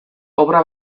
obra